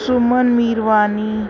Suman Mirwani